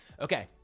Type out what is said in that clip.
Okay